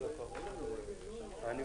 הישיבה ננעלה בשעה